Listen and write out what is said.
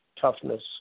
toughness